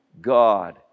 God